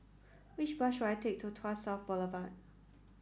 which bus should I take to Tuas South Boulevard